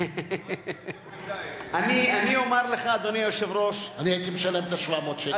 את היושב-ראש מדמיין את עצמו בסיטואציה,